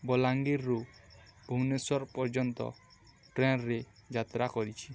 ବଲାଙ୍ଗୀରରୁ ଭୁବନେଶ୍ୱର ପର୍ଯ୍ୟନ୍ତ ଟ୍ରେନ୍ରେ ଯାତ୍ରା କରିଛି